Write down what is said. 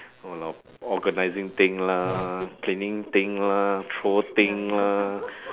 !walao! organising thing lah cleaning thing lah throw thing lah